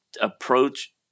approach